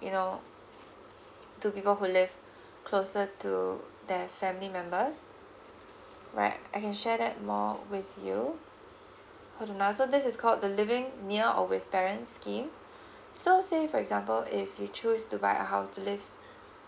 you know to people who live closer to their family members right I can share that more with you hold on ah so this is called the living near or with parents scheme so say for example if you choose to buy a house to live